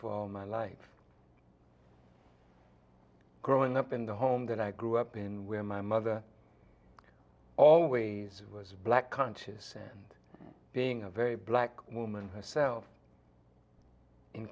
for all my life growing up in the home that i grew up in where my mother always was black conscious and being a very black woman herself in